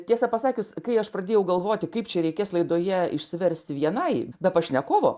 tiesa pasakius kai aš pradėjau galvoti kaip čia reikės laidoje išsiversti vienai be pašnekovo